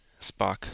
Spock